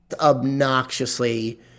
obnoxiously